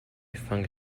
funk